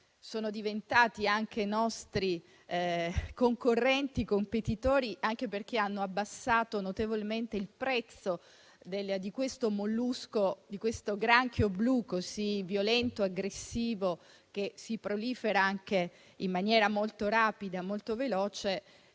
sono diventati anche nostri concorrenti e competitori, anche perché hanno abbassato notevolmente il prezzo di questo granchio blu, così violento e aggressivo, che prolifera anche in maniera molto rapida, ma che